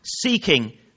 seeking